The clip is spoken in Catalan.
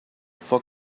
foc